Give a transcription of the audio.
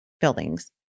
buildings